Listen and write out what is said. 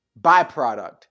byproduct